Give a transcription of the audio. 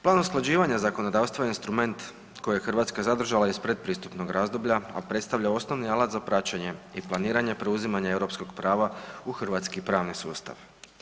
Plan usklađivanja zakonodavstva je instrument kojeg je Hrvatska zadržala iz pretpristupnog razdoblja, a predstavlja osnovni alat za praćenje i planiranje preuzimanje europskog prava u hrvatski pravni sustav.